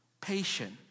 Patient